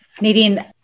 Nadine